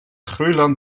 groeiland